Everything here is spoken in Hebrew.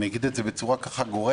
אגיד את זה בצורה גורפת,